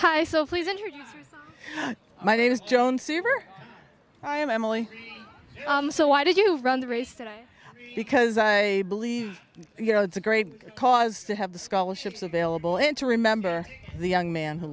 using my name is joan subaru i am emily so why did you run the race today because i believe you know it's a great cause to have the scholarships available and to remember the young man who